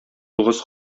тугыз